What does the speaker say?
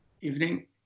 Evening